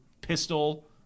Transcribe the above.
pistol